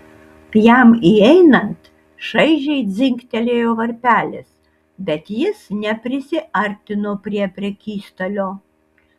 jam įeinant šaižiai dzingtelėjo varpelis bet jis neprisiartino prie prekystalio